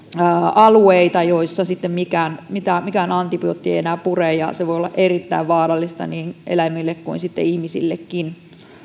alueita joissa sitten mikään antibiootti ei enää pure ja se voi olla erittäin vaarallista niin eläimille kuin ihmisillekin